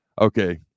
Okay